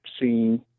seen